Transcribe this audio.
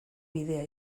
bidea